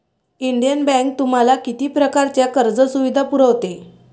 Indian Bank तुम्हाला किती प्रकारच्या कर्ज सुविधा पुरवते?